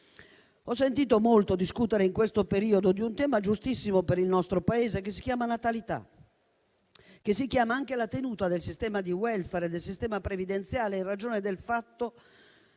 Ho sentito molto discutere in questo periodo di un tema giustissimo per il nostro Paese che si chiama natalità e che si chiama anche tenuta del sistema di *welfare* e del sistema previdenziale, in ragione del fatto che